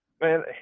man